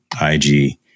IG